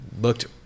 looked